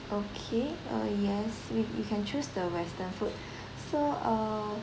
okay uh yes you you can choose the western food so uh